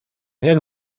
jak